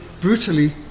brutally